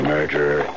Murderer